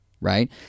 right